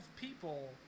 people